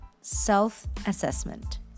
self-assessment